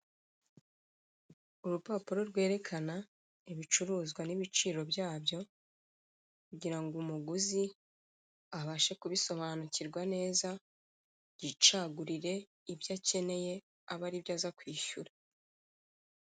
Urupapuro rwerekana ibicuruzwa n'ibiciro byabyo kugira ngo umuguzi abashe kubisobanukirwa neza yicagurire ibyo akeneye abe aribyo aza kwishyura.